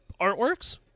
artworks